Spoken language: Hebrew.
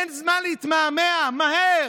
אין זמן להתמהמה, מהר.